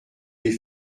les